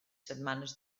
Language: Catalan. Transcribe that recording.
setmanes